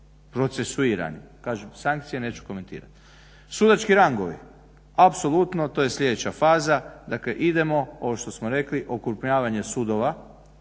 procesuirani. Kažem, sankcije neću komentirati. Sudački rangovi. Apsolutno to je sljedeća faza. Dakle, idemo ovo što smo rekli, okrupnjavanje sudova